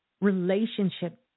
relationship